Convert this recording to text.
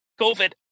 COVID